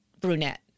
brunette